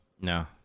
No